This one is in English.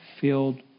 filled